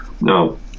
No